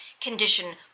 condition